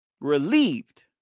Relieved